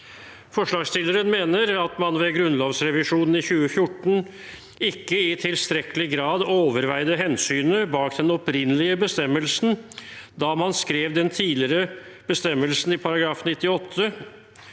Forslagsstilleren mener at man ved grunnlovsrevisjonen i 2014 ikke i tilstrekkelig grad overveide hensynet bak den opprinnelige bestemmelsen da man skrev den tidligere bestemmelsen i § 98,